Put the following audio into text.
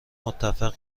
متفق